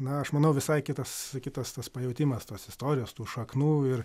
na aš manau visai kitas kitas tas pajautimas tos istorijos tų šaknų ir